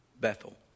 Bethel